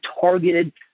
targeted